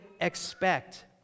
expect